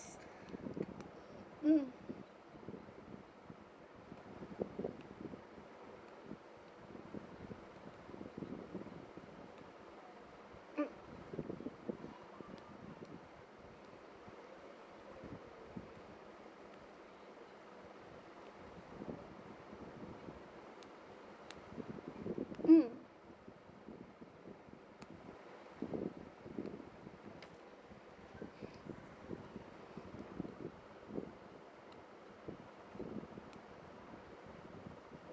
mm mm mm